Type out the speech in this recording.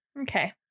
okay